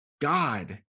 God